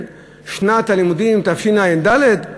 שנת הלימודים תשע"ד?